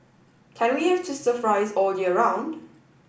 can we have twister fries all year round